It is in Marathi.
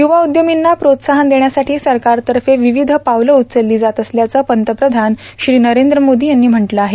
य्रवा उद्यमींना प्रोत्साहन देण्यासाठी सरकारतर्फे विविध पावलं उचलली जात असल्याचं पंतप्रधान श्री नरेंद्र मोदी यांनी म्हटलं आहे